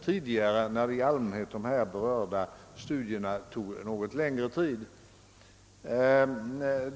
Tidigare tog berörda studier i allmänhet något längre tid.